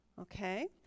Okay